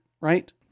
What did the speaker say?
right